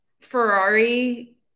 Ferrari